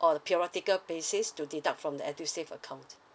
or the periodical basis to deduct from the edusave account